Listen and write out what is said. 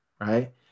right